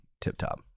tip-top